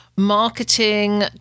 Marketing